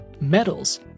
metals